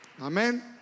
Amen